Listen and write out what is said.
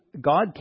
God